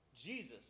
Jesus